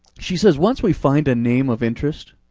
she says, once we find a name of interest,